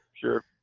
sure